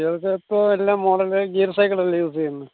കുട്ടികൾക്ക് ഇപ്പോയെല്ലാം model gear സൈക്കിളല്ലേ യൂസ് ചെയ്യുന്നത്